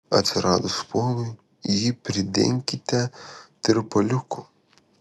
atsiradus spuogui jį prideginkite tirpaliuku